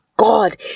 God